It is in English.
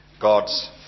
God's